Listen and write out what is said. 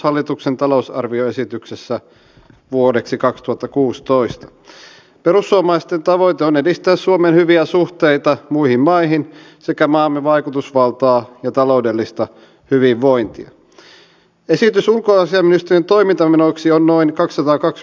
nyt on kuitenkin te keskus sitten linjannut osissa kaupunkeja silleen että jos kunta käy yt neuvotteluja niin ei voi palkkatuella työllistää pitkäaikaistyöttömiä tai nuoria kunnan työpajoille